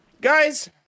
Guys